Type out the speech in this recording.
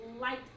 light